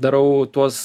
darau tuos